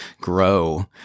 grow